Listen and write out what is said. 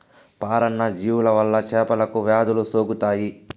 పరాన్న జీవుల వల్ల చేపలకు వ్యాధులు సోకుతాయి